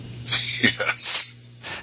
Yes